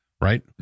right